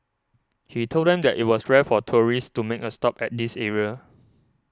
he told them that it was rare for tourists to make a stop at this area